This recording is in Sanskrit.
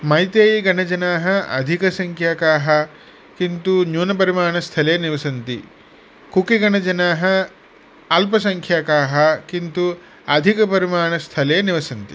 मैतैगणजनाः अधिकसङ्ख्यकाः किन्तु न्यूनपरिमाणस्थले निवसन्ति कुकिगणजनाः अल्पसङ्ख्यकाः किन्तु अधिकपरिमाणस्थले निवसन्ति